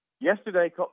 yesterday